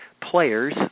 players